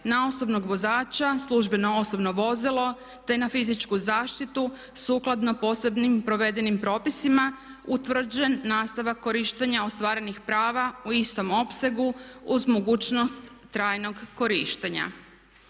na osobnog vozača, službeno osobno vozilo, te na fizičku zaštitu sukladno posebnim provedenim propisima utvrđen nastavak korištenja ostvarenih prava u istom opsegu uz mogućnost trajnog korištenja.